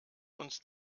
uns